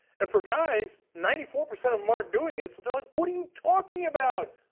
and for guys, ninety-four percent of them are doing it, so they are like what are you talking about?